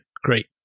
great